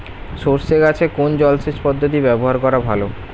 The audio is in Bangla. সরষে গাছে কোন জলসেচ পদ্ধতি ব্যবহার করা ভালো?